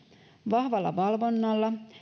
vahvalla valvonnalla